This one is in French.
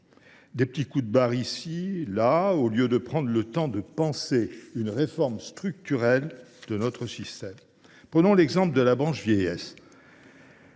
de petits coups de barre, ici et là, au lieu de prendre le temps de penser une réforme structurelle de notre système. Prenons l’exemple de la branche vieillesse.